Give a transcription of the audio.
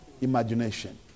imagination